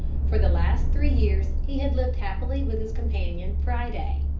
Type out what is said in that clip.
for the last three years he had lived happily with his companion friday.